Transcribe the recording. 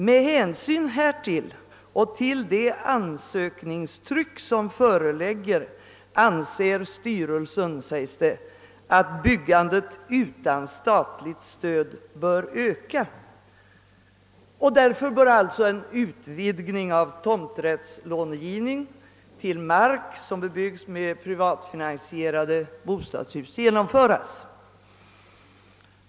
Med hänsyn härtill och med tanke på det ansökningstryck som före ligger säger sig styrelsen anse att byggandet utan statligt stöd bör öka. Därför bör, säger styrelsen, en utvidgning av tomträttslångivningen till mark som bebygges med privatfinansierade bostadshus genomföras.